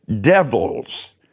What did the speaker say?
devils